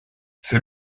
fut